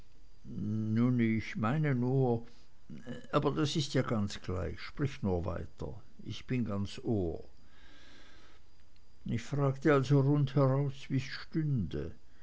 ich meine nur aber das ist ja ganz gleich sprich nur weiter ich bin ganz ohr ich fragte also rundheraus wie's stünde